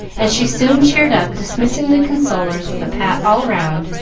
and she soon cheered up, dismissing the consolers with a pat all round,